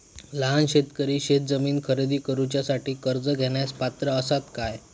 लहान शेतकरी शेतजमीन खरेदी करुच्यासाठी कर्ज घेण्यास पात्र असात काय?